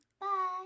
Bye